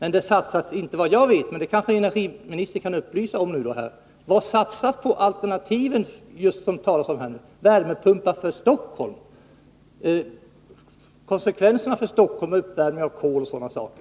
Energiministern kanske nu kan upplysa mig om vad som satsas på de alternativ som det talas om här, t.ex. värmepumpar, för Stockholm? Hur många miljoner satsas på undersökningar om konsekvenserna för Stockholm av uppvärmning med kol, och sådana saker?